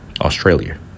Australia